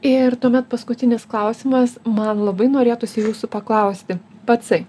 ir tuomet paskutinis klausimas man labai norėtųsi jūsų paklausti pacai